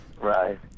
Right